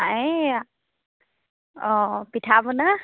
এই অঁ পিঠা বনা